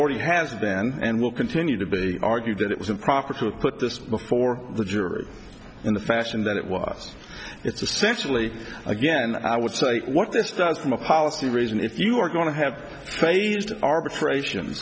already has been and will continue to be argued that it was improper to put this before the jury in the fashion that it was it's essentially again i would say what this does from a policy reason if you're going to have played arbitration